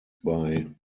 bei